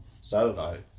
Saturday